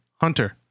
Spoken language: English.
Hunter